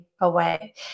away